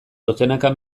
dozenaka